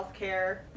healthcare